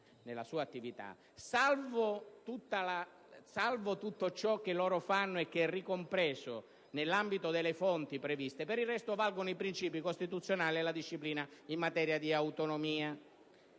salvo tutto ciò che viene fatto e che è ricompreso nell'ambito delle fonti previste, per il resto valgono i principi costituzionali e la disciplina in materia di autonomia